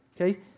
okay